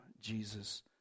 Jesus